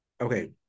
Okay